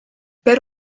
per